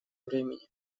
времени